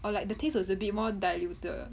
or like the taste was a bit more diluted